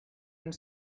and